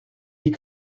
die